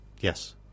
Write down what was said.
Yes